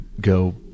go